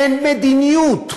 אין מדיניות,